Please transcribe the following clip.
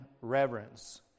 reverence